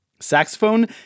Saxophone